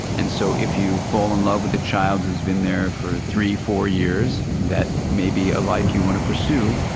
and so if you fall in love with a child who's been there for three, four years, that may be a life you want to pursue.